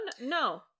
no